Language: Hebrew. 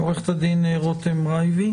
בדיון הקודם,